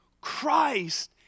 Christ